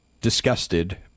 disgusted